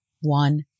one